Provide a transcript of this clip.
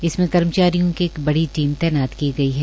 इसमें कर्मचारियों की एक बड़ी टीम तैनात की गई है